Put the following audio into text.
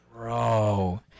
Bro